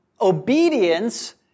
obedience